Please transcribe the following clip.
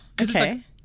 okay